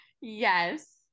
yes